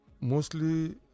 mostly